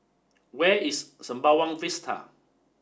where is Sembawang Vista